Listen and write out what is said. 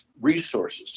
resources